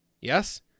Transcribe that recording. Yes